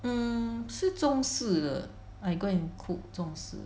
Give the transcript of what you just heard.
mm 是中式的 I go and cook 中式